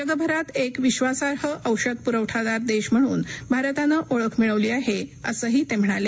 जगभरात एक विश्वासार्ह औषध पुरवठादार देश म्हणून भारतानं ओळख मिळवली आहे असंही ते म्हणाले